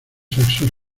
sexos